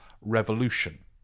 revolution